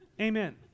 Amen